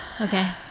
Okay